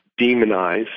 demonize